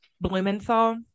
Blumenthal